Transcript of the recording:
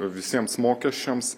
visiems mokesčiams